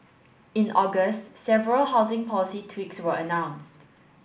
in August several housing policy tweaks were announced